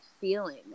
feeling